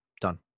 Done